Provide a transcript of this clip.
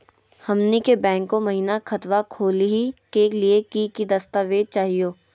हमनी के बैंको महिना खतवा खोलही के लिए कि कि दस्तावेज चाहीयो?